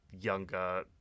younger